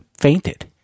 fainted